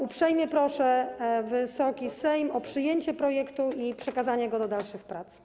Uprzejmie proszę Wysoki Sejm o przyjęcie projektu i przekazanie go do dalszych prac.